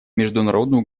международный